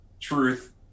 truth